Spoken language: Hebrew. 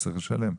צריך לשלם.